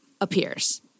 appears